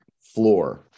floor